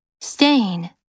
Stain